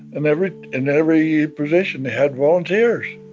and every and every position, they had volunteers.